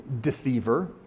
Deceiver